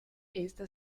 esta